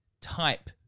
Type